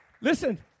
Listen